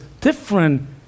different